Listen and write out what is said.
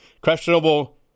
questionable